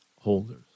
holders